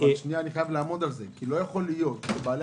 אבל אני חייב לעמוד על זה כי לא יכול להיות שבעלי